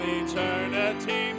eternity